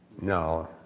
no